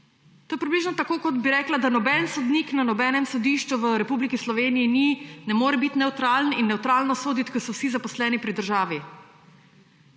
To je približno tako, kot da bi rekla, da noben sodnik na nobenem sodišču v Republiki Sloveniji ne more biti nevtralen in nevtralno soditi, ker so vsi zaposleni pri državi.